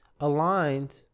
aligned